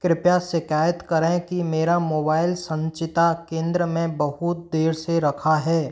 कृपया शिकायत करें कि मेरा मोबाइल संचिता केंद्र में बहुत देर से रखा है